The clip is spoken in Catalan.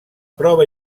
prova